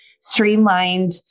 streamlined